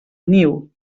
niu